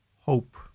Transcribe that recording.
hope